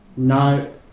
No